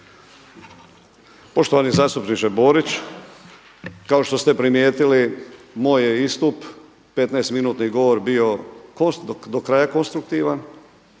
Uvaženi zastupniče Borić, kao što ste primijetili moj je istup 15 minutni govor bio do kraja konstruktivan.